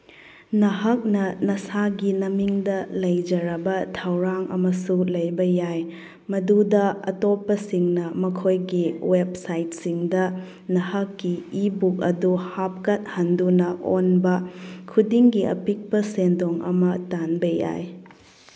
ꯅꯍꯥꯛꯅ ꯅꯁꯥꯒꯤ ꯅꯃꯤꯡꯗ ꯂꯩꯖꯔꯕ ꯊꯧꯔꯥꯡ ꯑꯃꯁꯨ ꯂꯩꯕ ꯌꯥꯏ ꯃꯗꯨꯗ ꯑꯇꯣꯞꯄꯁꯤꯡꯅ ꯃꯈꯣꯏꯒꯤ ꯋꯦꯞꯁꯥꯏꯠꯁꯤꯡꯗ ꯅꯍꯥꯛꯀꯤ ꯏꯕꯨꯛ ꯑꯗꯨ ꯍꯥꯞꯀꯠꯍꯟꯗꯨꯅ ꯑꯣꯟꯕ ꯈꯨꯗꯤꯡꯒꯤ ꯑꯄꯤꯛꯄ ꯁꯦꯟꯗꯣꯡ ꯑꯃ ꯇꯥꯟꯕ ꯌꯥꯏ